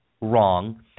wrong